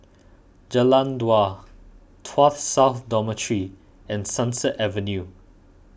Jalan Dua Tuas South Dormitory and Sunset Avenue